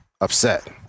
upset